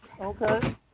Okay